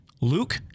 Luke